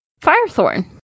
Firethorn